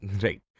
Right